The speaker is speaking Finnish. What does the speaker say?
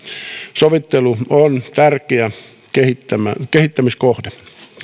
sovittelu on tärkeä kehittämiskohde